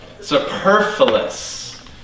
superfluous